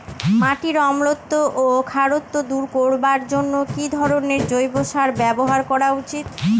মাটির অম্লত্ব ও খারত্ব দূর করবার জন্য কি ধরণের জৈব সার ব্যাবহার করা উচিৎ?